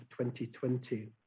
2020